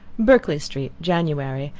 berkeley street, january.